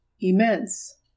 immense